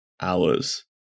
hours